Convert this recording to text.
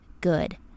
good